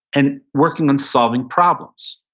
and working on solving problems.